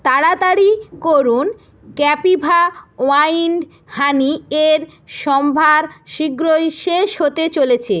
তাড়াতাড়ি করুন Kapiva wild honey এর সম্ভার শীঘ্রই শেষ হতে চলেছে